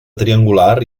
triangular